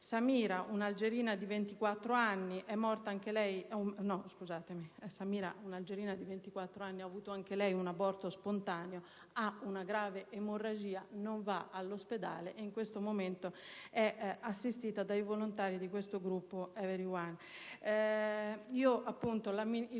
Samira, un'algerina di 24 anni, ha avuto anche lei un aborto spontaneo: ha avuto una grave emorragia, non è andata all'ospedale e in questo momento è assistita dai volontari del gruppo EveryOne.